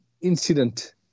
incident